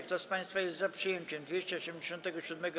Kto z państwa jest za przyjęciem 287.